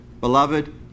Beloved